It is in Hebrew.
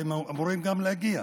והם גם אמורים להגיע,